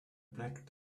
black